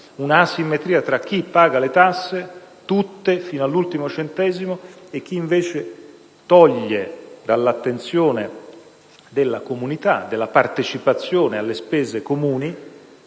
asimmetria tra chi paga tutte le tasse fino all'ultimo centesimo e chi invece toglie dall'attenzione della comunità dalla partecipazione alle spese comuni